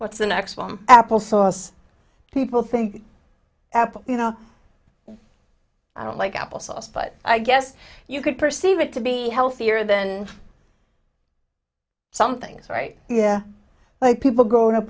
what's the next one apple sauce people think apple you know i don't like apple sauce but i guess you could perceive it to be healthier than some things right yeah like people growing up